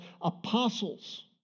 apostles